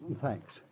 Thanks